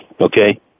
Okay